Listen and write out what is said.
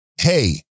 hey